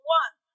one